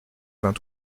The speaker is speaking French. vingt